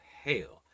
hail